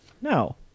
No